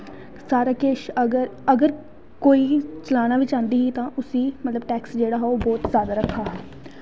सारा किश अगर कोई चलाना बी चांह्दी ही तां उसी टैक्स जेह्ड़ा हा ओह् बौह्त जादा रक्खे दा हा